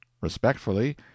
respectfully